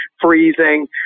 freezing